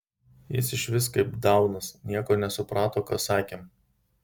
jis išvis kaip daunas nieko nesuprato ką sakėm